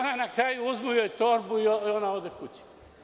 Na kraju joj uzmu torbu i ona ode kući.